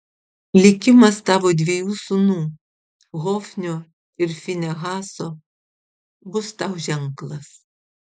likimas tavo dviejų sūnų hofnio ir finehaso bus tau ženklas